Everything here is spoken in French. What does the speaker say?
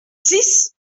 six